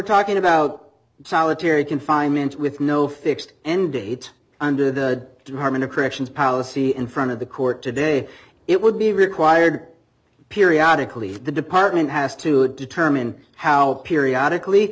talking about solitary confinement with no fixed end date under the department of corrections policy in front of the court today it would be required periodically the department has to determine how periodically